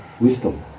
wisdom